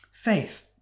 faith